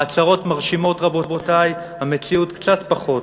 ההצהרות מרשימות, רבותי, המציאות קצת פחות.